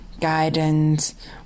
guidance